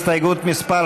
הסתייגות מס'